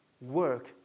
Work